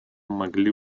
могли